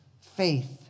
faith